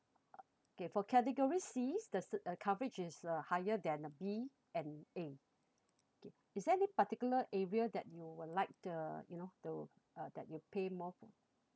uh okay for category C's the s~ the coverage is uh higher than B and A K is there any particular area that you would like the you know the uh that you pay more f~